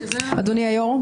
אדוני היו"ר,